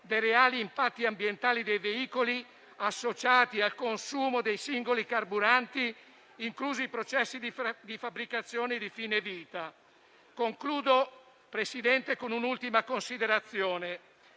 dei reali impatti ambientali dei veicoli associati al consumo dei singoli carburanti, inclusi i processi di fabbricazione e di fine vita. Concludo, signor Presidente, con un'ultima considerazione.